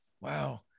Wow